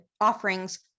offerings